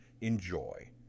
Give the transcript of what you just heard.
Enjoy